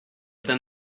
then